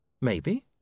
Maybe